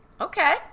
Okay